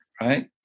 right